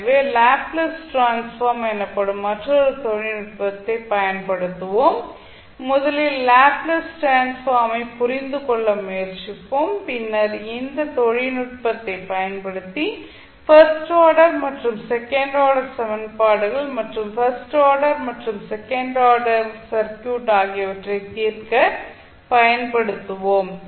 எனவே Laplace transform எனப்படும் மற்றொரு தொழில்நுட்பத்தைப் பயன்படுத்துவோம் முதலில் லேப்ளேஸ் டிரான்ஸ்ஃபார்ம் ஐ புரிந்துகொள்ள முயற்சிப்போம் பின்னர் இந்த தொழில்நுட்பத்தைப் பயன்படுத்தி ஃபர்ஸ்ட் ஆர்டர் மற்றும் செகண்ட் ஆர்டர் சமன்பாடுகள் மற்றும் ஃபர்ஸ்ட் ஆர்டர் மற்றும் செகண்ட் ஆர்டர் சர்க்யூட் ஆகியவற்றை தீர்க்க பயன்படுத்துவோம்